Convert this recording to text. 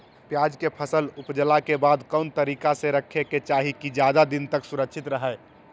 प्याज के फसल ऊपजला के बाद कौन तरीका से रखे के चाही की ज्यादा दिन तक सुरक्षित रहय?